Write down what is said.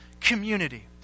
community